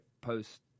post